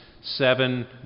seven